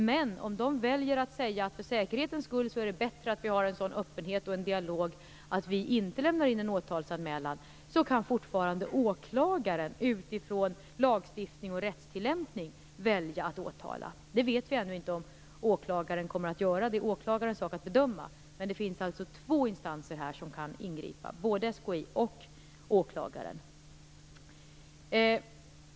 Men om man väljer att säga att det för säkerhetens skull är bättre att inte lämna in en åtalsanmälan och behålla en öppenhet och dialog, kan åklagaren ändå välja att åtala utifrån lagstiftning och rättstillämpning. Det vet vi ännu inte om åklagaren kommer att göra - det är åklagarens sak att bedöma. Men här finns det alltså två instanser som kan ingripa - både SKI och åklagaren.